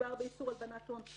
ומדובר באיסור הלבנת הון,